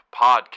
Podcast